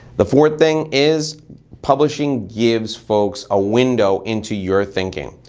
the fourth thing is publishing gives folks a window into your thinking.